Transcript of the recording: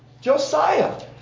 Josiah